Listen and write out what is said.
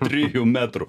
trijų metrų